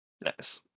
Nice